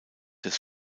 des